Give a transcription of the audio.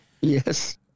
Yes